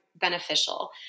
beneficial